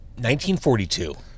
1942